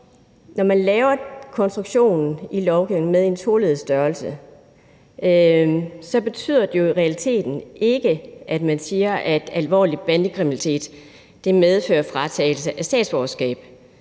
når man laver konstruktionen i lovgivningen med en toleddet størrelse, betyder det i realiteten ikke, at man siger, at alvorlig bandekriminalitet medfører fratagelse af statsborgerskab.